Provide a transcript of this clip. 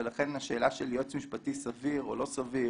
ולכן השאלה של יועץ משפטי סביר או לא סביר